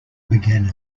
began